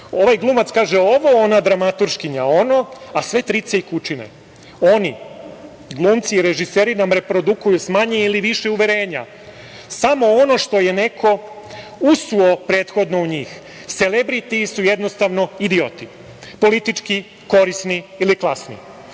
Ovaj glumac kaže ono, ona dramaturškinja ono, a sve trice i kučine. Oni, glumci i režiseri, nam reprodukuju sa manje ili više uverenja samo ono što je neko usuo prethodno u njih. Selebriti su jednostavno idioti, politički korisni ili klasni. Prvi